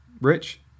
rich